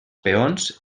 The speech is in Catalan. peons